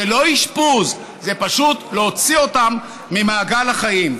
זה לא אשפוז, זה פשוט להוציא אותם ממעגל החיים.